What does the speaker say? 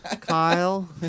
Kyle